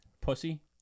Pussy